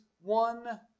one